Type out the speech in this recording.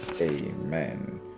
Amen